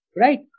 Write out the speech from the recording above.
right